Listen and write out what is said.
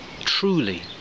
truly